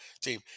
team